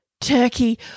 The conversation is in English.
Turkey